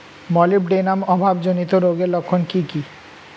Molybdenum অভাবজনিত রোগের লক্ষণ কি কি?